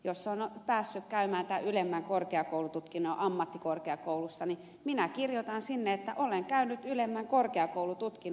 jos olen päässyt suorittamaan ylemmän korkeakoulututkinnon ammattikorkeakoulussa niin minä kirjoitan sinne että olen suorittanut ylemmän korkeakoulututkinnon